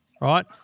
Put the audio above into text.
right